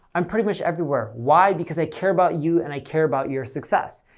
i'm pretty much everywhere, why? because i care about you and i care about your success.